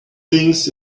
things